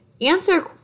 answer